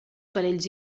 parells